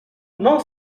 non